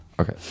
Okay